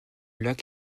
lac